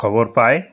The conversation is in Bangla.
খবর পায়